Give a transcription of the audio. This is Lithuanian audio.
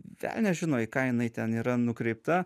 velnias žino į ką jinai ten yra nukreipta